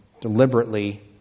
deliberately